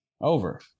Over